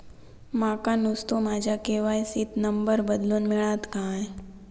माका नुस्तो माझ्या के.वाय.सी त नंबर बदलून मिलात काय?